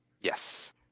Yes